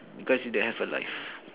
because you don't have a life